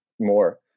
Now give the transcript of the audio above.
more